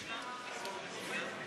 של קבוצת סיעת